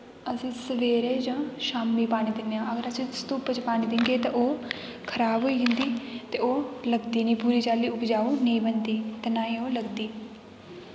अस सवेरें जां शाम्मी पानी दिन्ने आं अगर उसी धुप्प च पानी देह्गे तां ओह् खराब होई जंदी ते ओह् लगदी नी पूरा चाल्ली उपज़ाउ नेंई बनदी ते नां ई ओह् लगदी